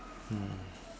mm